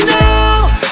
now